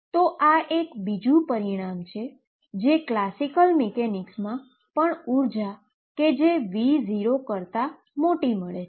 તો આ એક બીજુ પરિણામ છે કે જે ક્લાસિકલ મિકેનિક્સમા પણ ઉર્જા કે જે V0 કરતા મોટી મળે છે